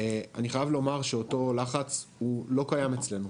אני חייב לומר שאותו לחץ הוא לא קיים אצלנו.